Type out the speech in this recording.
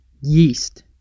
Yeast